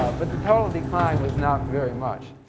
but the total decline was not very much,